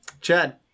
Chad